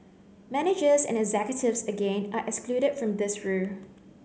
managers and executives again are excluded from this rule